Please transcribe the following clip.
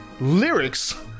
lyrics